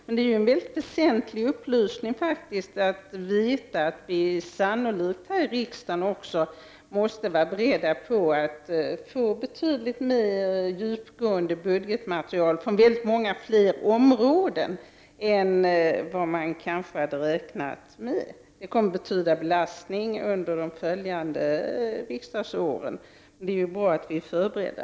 Men det är en mycket väsentlig upplysning att även vi här i riksdagen sannolikt måste vara beredda på att få betydligt mer djupgående budgetmaterial från väldigt många fler områden än vad man kanske har räknat med. Det kommer att betyda ökad belastning under de följande riksdagsåren. Men det är ju bra att vi är förberedda.